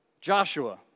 Joshua